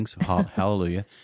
Hallelujah